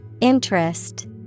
Interest